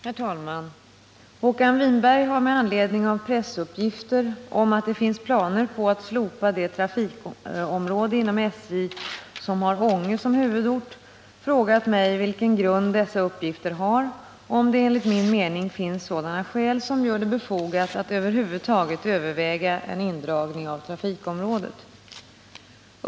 Herr talman! Håkan Winberg har med anledning av pressuppgifter om att det finns planer på att slopa det trafikområde inom SJ som har Ånge som huvudort frågat mig vilken grund dessa uppgifter har och om det enligt min mening finns sådana skäl som gör det befogat att över huvud taget överväga en indragning av trafikområdet.